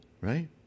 Right